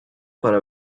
para